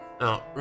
now